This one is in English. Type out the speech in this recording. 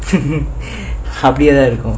அப்டியே தான் இருக்கனும்:apdiya dhan irrukkum